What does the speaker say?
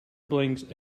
blinked